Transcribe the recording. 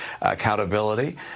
accountability